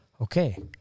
Okay